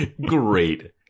Great